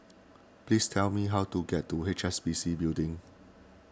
please tell me how to get to H S B C Building